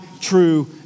true